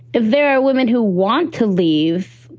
there are women who want to leave.